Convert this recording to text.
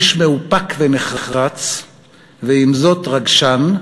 איש מאופק ונחרץ ועם זאת רגשן,